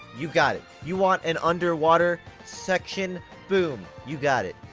you got it. you want an underwater. section? boom. you got it.